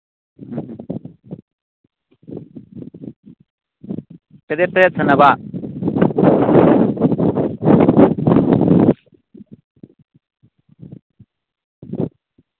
ꯎꯝ ꯎꯝ ꯇꯔꯦꯠ ꯇꯔꯦꯠ ꯁꯥꯟꯅꯕ